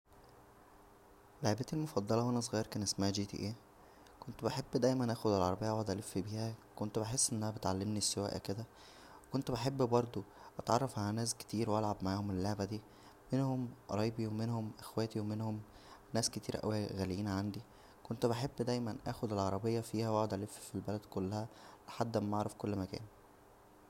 لعبتى المفضله وانا صغير كان اسمها جاتا كنت بحب ايما اخد العربيه واقعد الف بيها كنت بحس انها بتعلمنى السواقه كدا كنت بحب برضو اتعرف على ناس كتير والعب معاهم اللعبه دى منهم قرايبى ومنهم اخواتى ومنهم ناس كتير اوى غاليين عندى كنت بحب دايما اخد العربيه فيها واقعد الف فالبلد كلها لحد اما اعرف كل مكان